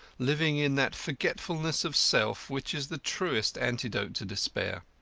living in that forgetfulness of self which is the truest antidote to despair.